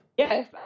Yes